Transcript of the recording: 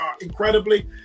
incredibly